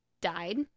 died—